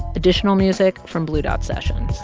additional music from blue dot sessions